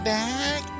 back